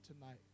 tonight